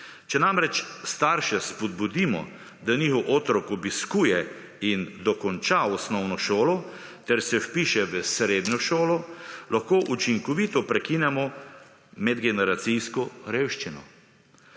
Če namreč starše spodbudimo, da njihov otrok obiskuje in dokonča osnovno šolo ter se vpiše v srednjo šolo, lahko učinkovito prekinemo medgeneracijsko revščino.